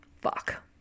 fuck